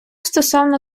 стосовно